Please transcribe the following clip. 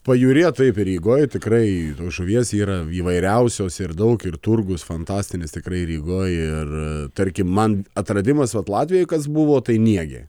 pajūryje taip ir rygoj tikrai žuvies yra įvairiausios ir daug ir turgus fantastinis tikrai rygoj ir tarkim man atradimas o vat latvijoj kas buvo tai niegė